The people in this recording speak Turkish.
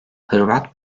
hırvat